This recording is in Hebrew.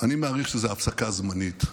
אני מעריך, שזאת הפסקה זמנית.